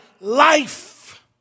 life